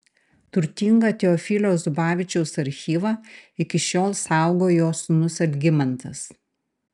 turtingą teofilio zubavičiaus archyvą iki šiol saugo jo sūnus algimantas